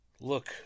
Look